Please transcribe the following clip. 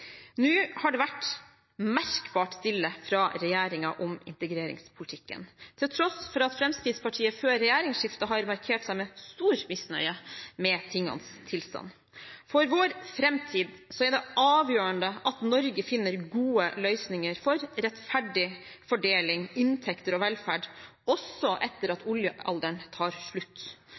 Nå har det vært merkbart stille fra regjeringen om integreringspolitikken, til tross for at Fremskrittspartiet før regjeringsskiftet har markert seg med stor misnøye med tingenes tilstand. For vår framtid er det avgjørende at Norge finner gode løsninger for rettferdig fordeling, inntekter og velferd, også etter at oljealderen tar slutt.